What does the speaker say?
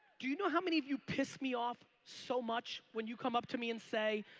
do you know how many of you piss me off so much when you come up to me and say,